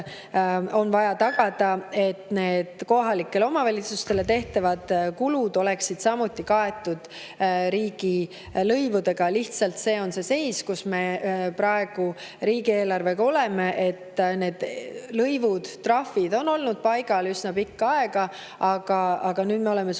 on vaja tagada, et need kohalikele omavalitsustele tehtavad kulud oleksid samuti kaetud riigilõivudega. See on lihtsalt see seis, kus me praegu riigieelarvega oleme. Lõivud ja trahvid on olnud paigal üsna pikka aega, aga nüüd me oleme sunnitud